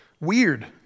weird